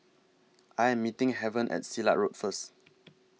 I Am meeting Heaven At Silat Road First